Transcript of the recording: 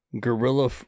guerrilla